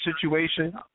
situation